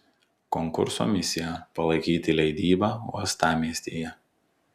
konkurso misija palaikyti leidybą uostamiestyje